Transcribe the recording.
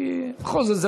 כי בכל זאת,